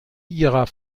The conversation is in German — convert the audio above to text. ihrer